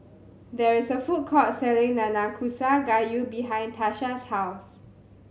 there is a food court selling Nanakusa Gayu behind Tarsha's house